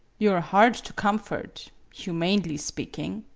you are hard to comfort humanly speaking.